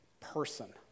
person